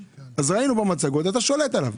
ראינו במצגות שאתה שולט עליו.